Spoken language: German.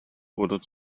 oder